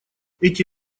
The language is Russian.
эти